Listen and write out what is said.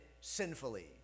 sinfully